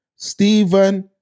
Stephen